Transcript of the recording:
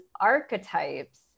archetypes